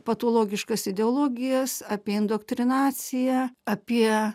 patologiškas ideologijas apie indoktrinaciją apie